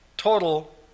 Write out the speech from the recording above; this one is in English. Total